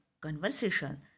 conversation